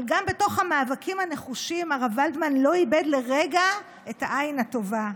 אבל גם בתוך המאבקים הנחושים הרב ולדמן לא איבד לרגע את העין הטובה,